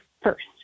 first